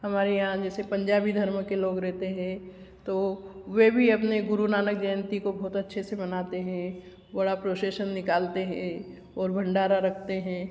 हमारे यहाँ जैसे पंजाबी धर्म के लोग रहते हैं तो वे भी अपने गुरुनानक जयंती को बहुत अच्छे से मानते हैं बड़ा प्रोशेशन निकलते हैं और भंडारा रखते हैं